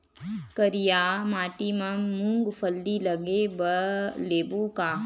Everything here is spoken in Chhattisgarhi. करिया माटी मा मूंग फल्ली लगय लेबों का?